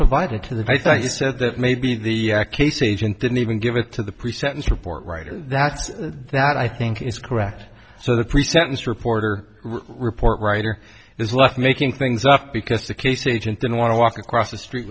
provided to the i thought i said that may be the case agent didn't even give it to the pre sentence report writer that's that i think is correct so the pre sentence reporter report writer is left making things up because the case agent didn't want to walk across the street